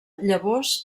llavors